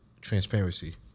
Transparency